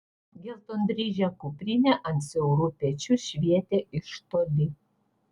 geltondryžė kuprinė ant siaurų pečių švietė iš toli